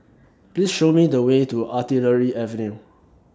Please Show Me The Way to Artillery Avenue